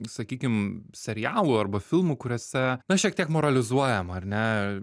sakykim serialų arba filmų kuriuose na šiek tiek moralizuojama ar ne